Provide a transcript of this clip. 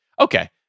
Okay